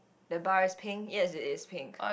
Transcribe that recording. the bar is pink yes it is pink